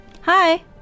Hi